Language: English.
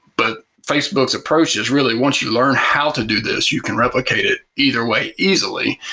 but facebook's approach is really once you learn how to do this, you can replicate it either way easily.